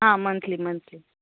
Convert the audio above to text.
हां monthly monthly